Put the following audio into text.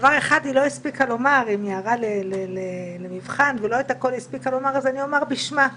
דבר אחד היא לא הספיקה לומר כי היא מיהרה למבחן ואני אומר בשמה,